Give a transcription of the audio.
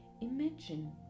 imagine